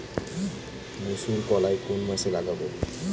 মুসুরকলাই কোন মাসে লাগাব?